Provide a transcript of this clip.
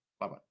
Bye-bye